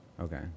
Okay